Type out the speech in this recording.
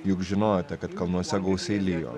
juk žinojote kad kalnuose gausiai lijo